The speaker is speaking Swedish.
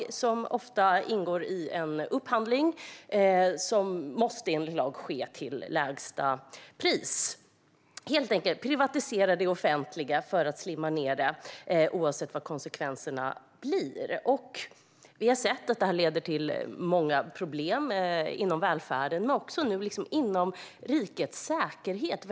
Dessa har ofta deltagit i en upphandling, som enligt lag måste ske till lägsta pris. Ni vill helt enkelt privatisera det offentliga för att slimma ned det, oavsett vad konsekvenserna blir. Vi har sett att detta leder till många problem inom välfärden, men också när det gäller rikets säkerhet.